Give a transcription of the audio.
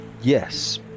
Yes